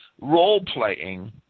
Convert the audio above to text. Role-playing